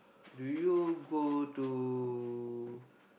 do you go to